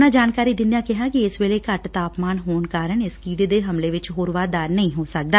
ਉਨ੍ਹਾਂ ਜਾਣਕਾਰੀ ਦਿੰਦਿਆ ਕਿਹਾ ਕਿ ਇਸ ਵੇਲੇ ਘੱਟ ਤਾਪਮਾਨ ਹੋਣ ਕਾਰਨ ਇਸ ਕੀੜੇ ਦੇ ਹਮਲੇ ਵਿਚ ਹੋਰ ਵਾਧਾ ਨਹੀ ਂ ਹੋ ਸਕਦਾ